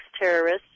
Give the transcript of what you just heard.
terrorists